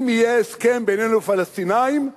אם יהיה הסכם בינינו לבין הפלסטינים,